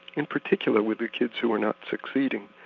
in particular with the kids who are not succeeding,